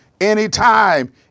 anytime